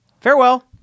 Farewell